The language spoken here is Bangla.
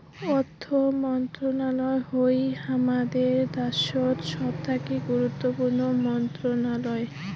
অর্থ মন্ত্রণালয় হউ হামাদের দ্যাশোত সবথাকি গুরুত্বপূর্ণ মন্ত্রণালয়